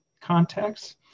context